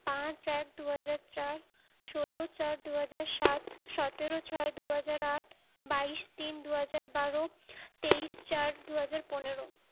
পাঁচ এক দু হাজার চার ষোলো চার দু হাজার সাত সতেরো ছয় দু হাজার আট বাইশ তিন দু হাজার বারো তেইশ চার দু হাজার পনেরো